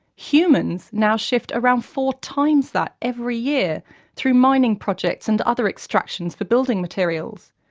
humans now shift around four times that every year through mining projects and other extractions for building materials.